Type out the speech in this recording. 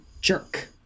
jerk